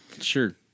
Sure